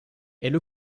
elle